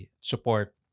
support